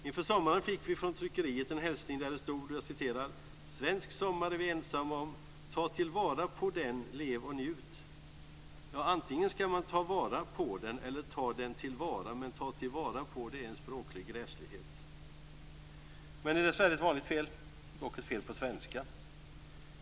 Inför sommaren fick vi från tryckeriet en hälsning där det stod "Svensk sommar är vi ensamma om - ta till vara på den lev och njut". Ja, antingen ska man ta vara på den, eller ta den till vara - men att ta till vara på, det är en språklig gräslighet. Men det är dessvärre ett vanligt fel, dock ett fel på svenska.